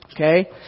Okay